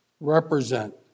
represent